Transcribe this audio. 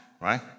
right